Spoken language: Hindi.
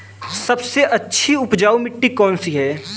सबसे अच्छी उपजाऊ मिट्टी कौन सी है?